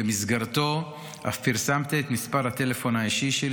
ובמסגרתו אף פרסמתי את מספר הטלפון האישי שלי